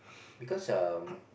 because um